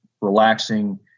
relaxing